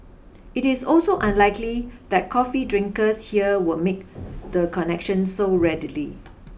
it is also unlikely that coffee drinkers here will make the connection so readily